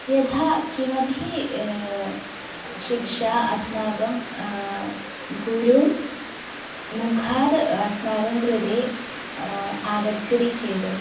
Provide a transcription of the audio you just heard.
यदा किमपि शिक्षा अस्माकं गुरून् मुखात् अस्माकं कृते आगच्छति चेत्